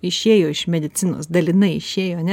išėjo iš medicinos dalinai išėjo ne